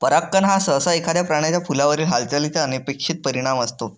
परागकण हा सहसा एखाद्या प्राण्याचा फुलावरील हालचालीचा अनपेक्षित परिणाम असतो